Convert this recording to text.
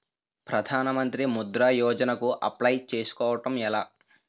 ప్రధాన మంత్రి ముద్రా యోజన కు అప్లయ్ చేసుకోవటం ఎలా?